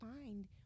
find